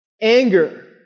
anger